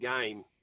game